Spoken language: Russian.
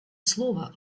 слова